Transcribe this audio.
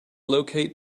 locate